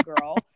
girl